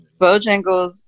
Bojangles